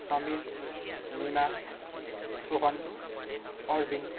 Samil Nima Sohan Arvind